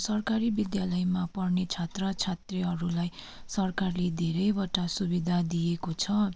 सरकारी विद्यालयमा पढ्ने छात्र छात्राहरूलाई सरकारले धेरैवटा सुविधा दिएको छ